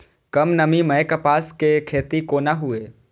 कम नमी मैं कपास के खेती कोना हुऐ?